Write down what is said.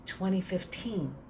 2015